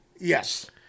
yes